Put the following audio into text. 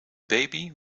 baby